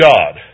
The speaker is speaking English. God